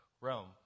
Rome